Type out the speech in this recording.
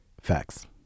facts